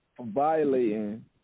violating